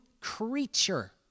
creature